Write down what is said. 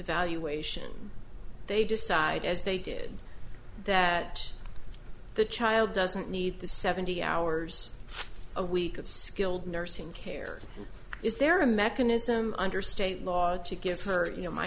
evaluation they decide as they did that the child doesn't need the seventy hours a week of skilled nursing care is there a mechanism under state laws to give her you know my